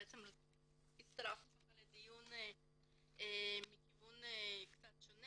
הצטרפנו לדיון מכיוון קצת שונה